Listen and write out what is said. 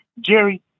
Jerry